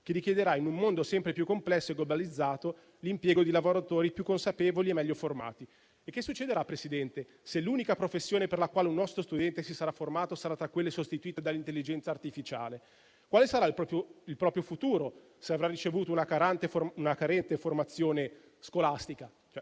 che richiederà, in un mondo sempre più complesso e globalizzato, l'impiego di lavoratori più consapevoli e meglio formati. E che succederà, Presidente, se l'unica professione per la quale un nostro studente si sarà formato sarà tra quelle sostituite dall'intelligenza artificiale? Quale sarà il suo futuro, se avrà ricevuto una carente formazione scolastica? Al